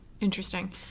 Interesting